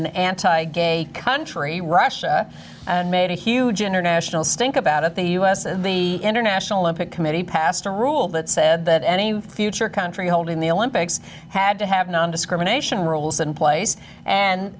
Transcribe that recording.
an anti gay country russia and made a huge international stink about it the u s and the international olympic committee passed a rule that said that any future country holding the olympics had to have nondiscrimination rules in place and